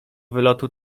wylotu